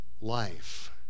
life